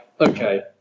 okay